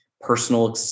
personal